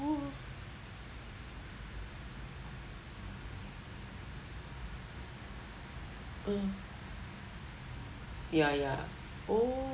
oh uh ya ya oh